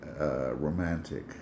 romantic